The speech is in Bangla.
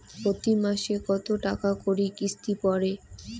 প্রতি মাসে কতো টাকা করি কিস্তি পরে?